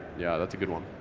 yeah that's a good one.